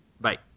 Bye